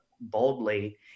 boldly